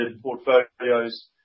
portfolios